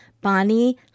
Bonnie